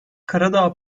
karadağ